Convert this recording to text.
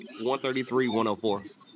133-104